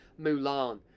Mulan